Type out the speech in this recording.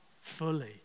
fully